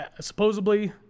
Supposedly